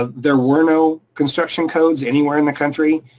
ah there were no construction codes anywhere in the country,